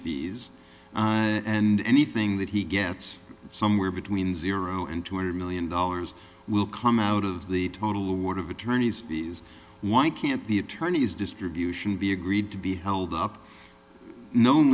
fees and anything that he gets somewhere between zero and two hundred million dollars will come out of the total award of attorney's fees why can't the attorneys distribution be agreed to be held up known